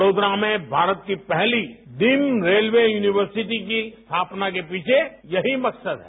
वडोदरा में भारत की पहली डिम रेलवे यूनिवसिर्टी की स्थापना के पीछे यही मकसद है